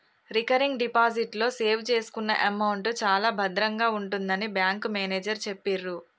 recurring deposit లో save చేసుకున్న amount చాలా భద్రంగా ఉంటుందని బ్యాంకు మేనేజరు చెప్పిర్రు